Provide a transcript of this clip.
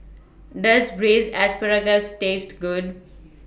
Does Braised Asparagus Taste Good